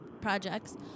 projects